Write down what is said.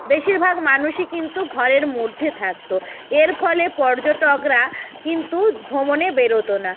বেশির ভাগ মানুষই কিন্তু ঘরের মধ্যে থাকতো এর ফলে পর্যটকরা কিন্তু ভ্রমনে বেরোতো না